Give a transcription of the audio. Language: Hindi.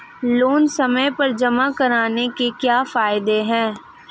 लोंन समय पर जमा कराने के क्या फायदे हैं?